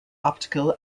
optical